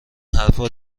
حرفا